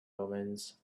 omens